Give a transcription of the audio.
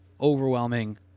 overwhelming